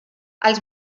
els